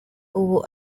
ubu